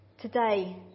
Today